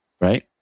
right